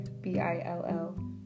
B-I-L-L